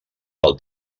del